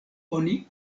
oni